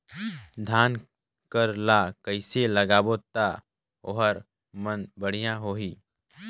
धान कर ला कइसे लगाबो ता ओहार मान बेडिया होही?